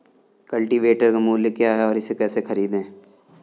Cultivator का मूल्य क्या है और इसे कैसे खरीदें?